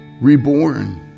reborn